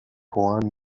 joan